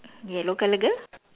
yellow colour girl